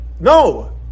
no